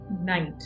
night